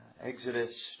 Exodus